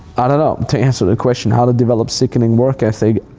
i don't know, to answer the question, how to develop sickening work ethic?